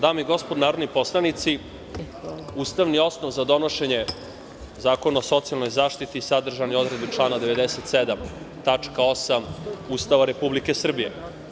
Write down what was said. Dame i gospodo narodni poslanici, ustavni osnov za donošenje Zakona o socijalnoj zaštiti sadržan je u odredbi člana 97. tačka 8) Ustava Republike Srbije.